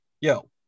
yo